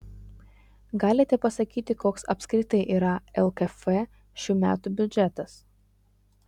galite pasakyti koks apskritai yra lkf šių metų biudžetas